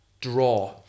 draw